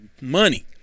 money